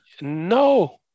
No